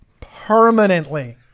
permanently